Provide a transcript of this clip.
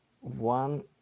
one